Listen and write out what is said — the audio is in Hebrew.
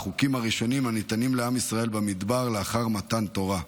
בחוקים הראשונים שניתנים לעם ישראל במדבר לאחר מתן תורה.